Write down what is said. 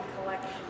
collection